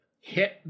hit